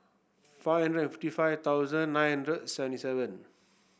five hundred and fifty five thousand nine hundred seventy seven